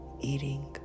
eating